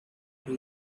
into